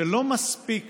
שלא מספיק